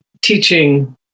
teaching